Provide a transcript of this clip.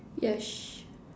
yes